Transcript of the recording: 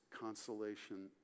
consolation